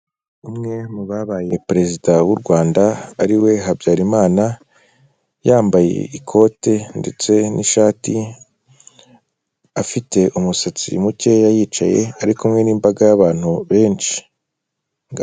Umwe mu babaye perezida w'u Rwanda ariwe Habyarimana, yambaye ikote ndetse n'ishati afite umusatsi mukeya yicaye ari kumwe n'imbaga y'abantu benshi.